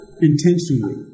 intentionally